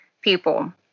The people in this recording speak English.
people